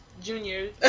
Junior